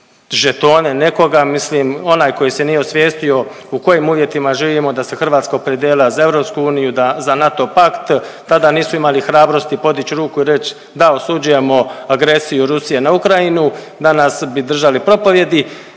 žetone nekoga, mislim onaj koji se nije osvijestio u kojim uvjetima živimo da se Hrvatska opredijelila za EU, da za NATO pakt tada nisu imali hrabrosti podić ruku i reć da osuđujemo agresiju Rusije na Ukrajinu, danas bi držali propovjedi.